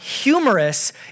humorous